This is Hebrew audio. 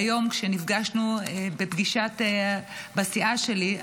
היום כשנפגשנו בפגישה בסיעה שלי,